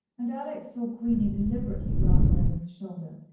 and alex saw queenie deliberately glance over her shoulder,